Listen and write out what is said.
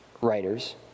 writers